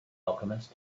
alchemist